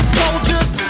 soldiers